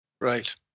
Right